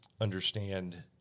understand